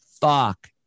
fuck